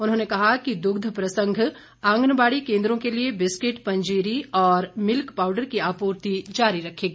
उन्होंने कहा कि दुग्ध प्रसंग आंगनबाड़ी केंद्रों के लिए बिस्किट पंजीरी और मिल्क पाउडर की आपूर्ति जारी रखेगा